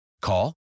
Call